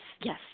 yes